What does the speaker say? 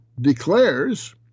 declares